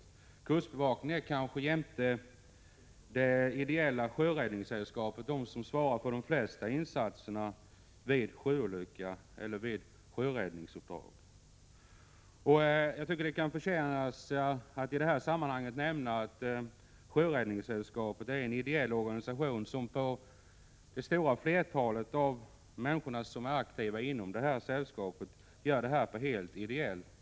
Kustbevakningen är kanske, jämte det ideella Sjöräddningssällskapet, den enhet som svarar för de flesta insatserna vid sjöräddningsuppdrag. Sjöräddningssällskapet är som sagt en ideell organisation, och de flesta människor som är aktiva inom organisationen utför arbetet helt ideellt.